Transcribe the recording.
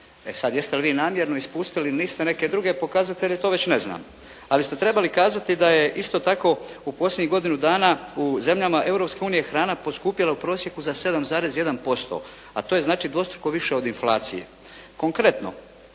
sad jeste li vi namjerno ispustili ili niste neke druge pokazatelje to već ne znam. Ali ste trebali kazati da je isto tako u posljednjih godinu dana u zemljama Europske unije hrana poskupjela u prosjeku za 7,1%, a to je znači dvostruko više od inflacije.